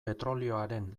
petrolioaren